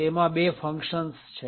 તેમાં બે ફંક્શન છે